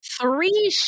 three